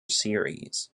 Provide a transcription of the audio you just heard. series